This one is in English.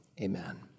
Amen